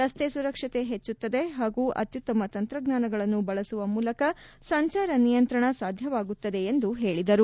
ರಸ್ತೆ ಸುರಕ್ಷತೆ ಹೆಚ್ಚುತ್ತದೆ ಹಾಗೂ ಅತ್ಯುತ್ತಮ ತಂತ್ರಜ್ವಾನಗಳನ್ನು ಬಳಸುವ ಮೂಲಕ ಸಂಚಾರ ನಿಯಂತ್ರಣ ಸಾಧ್ಯವಾಗುತ್ತದೆ ಎಂದು ಹೇಳಿದರು